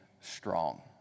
strong